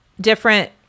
different